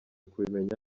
kubimenya